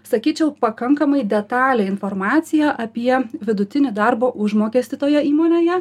sakyčiau pakankamai detalią informaciją apie vidutinį darbo užmokestį toje įmonėje